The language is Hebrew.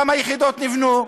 כמה יחידות נבנו?